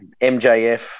MJF